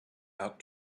out